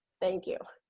thank you.